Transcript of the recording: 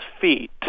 feet